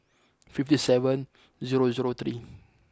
fifty seven zero zero three